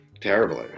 Terribly